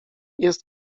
jest